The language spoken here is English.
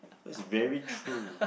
so it's very true